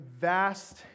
vast